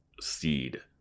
seed